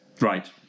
Right